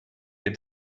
had